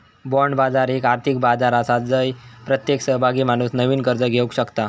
bond बाजार एक आर्थिक बाजार आसा जय प्रत्येक सहभागी माणूस नवीन कर्ज घेवक शकता